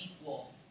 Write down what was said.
equal